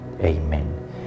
Amen